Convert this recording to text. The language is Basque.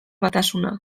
batasuna